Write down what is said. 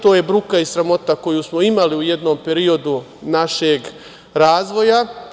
To je bruka i sramota koju smo imali u jednom periodu našeg razvoja.